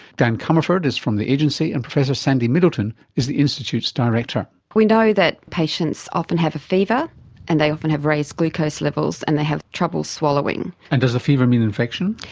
dan comerford is from the agency and professor sandy middleton is the institute's director. we know that patients often have a fever and they often have raised glucose levels and they have trouble swallowing. and does a fever mean infection?